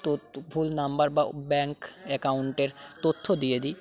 ভুল নাম্বার বা ব্যাঙ্ক একাউন্টের তথ্য দিয়ে দিই